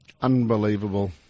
Unbelievable